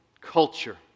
culture